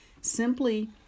simply